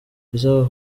ibisabwa